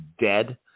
dead